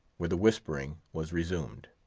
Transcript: where the whispering was resumed.